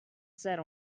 set